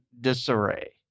disarray